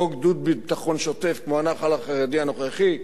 עוד גדוד ביטחון שוטף כמו הנח"ל החרדי הנוכחי?